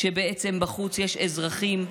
כשבחוץ יש אזרחים,